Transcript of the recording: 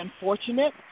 unfortunate